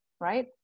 Right